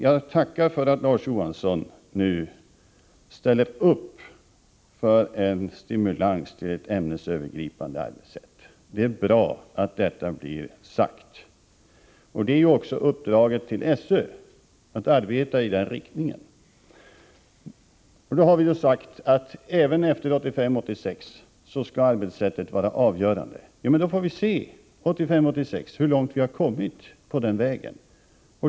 Jag tackar för att Larz Johansson nu ställer upp för en stimulans till ett ämnesövergripande arbetssätt. Det är bra att detta blir sagt. SÖ har också fått uppdraget att arbeta i den riktningen. Vi har förklarat att arbetssättet skall vara avgörande även efter 1985 86 hur långt vi har kommit på den vägen.